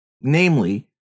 namely